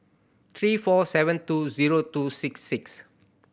three four seven two zero two six six